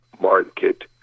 market